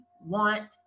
want